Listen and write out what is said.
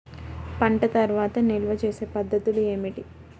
పంట తర్వాత నిల్వ చేసే పద్ధతులు ఏమిటి?